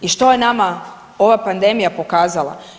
I što je nama ova pandemija pokazala?